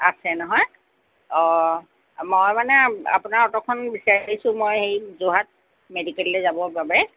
আছে নহয় অ মই মানে আপোনাৰ অট'খন বিচাৰিছোঁ মই সেই যোৰহাট মেডিকেললৈ যাবৰ বাবে